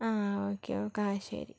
ആ okay okay ആ ശരി